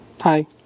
hi